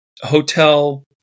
hotel